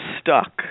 stuck